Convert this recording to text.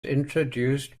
introduced